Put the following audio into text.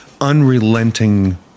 unrelenting